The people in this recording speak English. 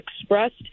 expressed